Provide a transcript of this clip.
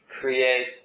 create